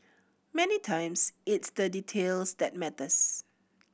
many times it's the details that matters